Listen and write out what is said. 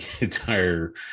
entire